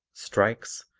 strikes,